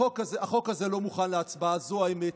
החוק הזה לא מוכן להצבעה, זאת האמת.